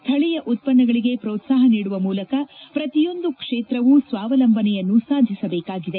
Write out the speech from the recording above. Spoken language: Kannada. ಸ್ವಳೀಯ ಉತ್ತನ್ನಗಳಿಗೆ ಪ್ರೋತ್ಲಾಪ ನೀಡುವ ಮೂಲಕ ಪ್ರತಿಯೊಂದು ಕ್ಷೇತ್ರವೂ ಸ್ವಾವಲಂಬನೆಯನ್ನು ಸಾಧಿಸಬೇಕಾಗಿದೆ